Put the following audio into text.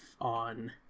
on